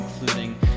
including